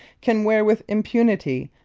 can wear with impunity,